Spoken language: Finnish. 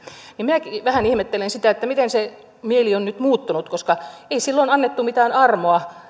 minä vähän ihmettelen sitä miten se mieli on nyt muuttunut koska ei silloin annettu mitään armoa